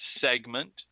segment